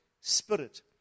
spirit